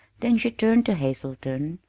then she turned to hazelton,